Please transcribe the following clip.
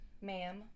Ma'am